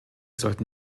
sollten